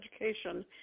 education